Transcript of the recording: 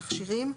תכשירים),